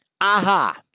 aha